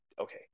Okay